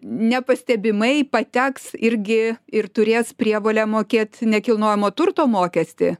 nepastebimai pateks irgi ir turės prievolę mokėt nekilnojamo turto mokestį